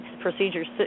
procedures